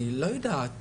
אני לא יודעת.